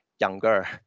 younger